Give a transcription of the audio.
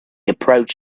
approached